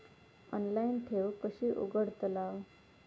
Online ठेव कशी उघडतलाव?